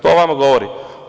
To o vama govori.